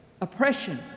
oppression